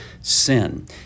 sin